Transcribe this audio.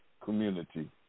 community